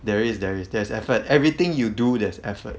there is there is there's effort everything you do there's effort